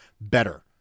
better